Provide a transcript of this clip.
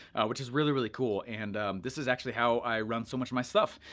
which is really really cool and this is actually how i run so much of my stuff.